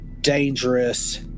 dangerous